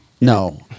No